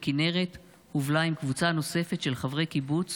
וכנרת הובלה עם קבוצה נוספת של חברי קיבוץ